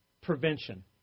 prevention